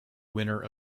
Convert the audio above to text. winner